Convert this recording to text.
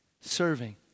serving